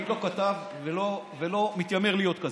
אני לא כתב ולא מתיימר להיות כזה,